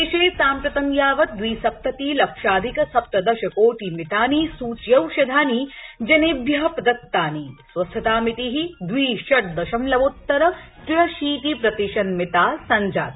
देशे साम्प्रतं यावत् द्विसप्ततिलक्षाधिक सप्तदशकोटिमितानि सूच्यौषधानि जनेभ्यः प्रदतानि स्वस्थतामिति दवि षट् दशमलवोत्तर त्र्यशीतिप्रतिशन्मिता सञ्जाता